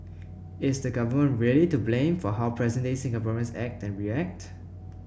is the government really to blame for how present day Singaporeans act and react